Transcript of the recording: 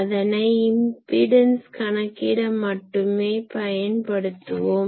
அதனை இம்பிடன்ஸ் கணக்கிட மட்டும் பயன்படுத்துவோம்